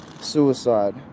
suicide